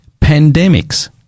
Pandemics